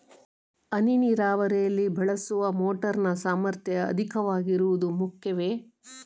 ಹನಿ ನೀರಾವರಿಯಲ್ಲಿ ಬಳಸುವ ಮೋಟಾರ್ ನ ಸಾಮರ್ಥ್ಯ ಅಧಿಕವಾಗಿರುವುದು ಮುಖ್ಯವೇ?